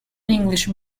english